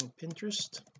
pinterest